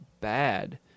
bad